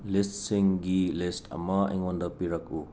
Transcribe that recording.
ꯂꯤꯁꯁꯤꯡꯒꯤ list ꯑꯃ ꯑꯩꯉꯣꯟꯗ ꯄꯤꯔꯛꯎ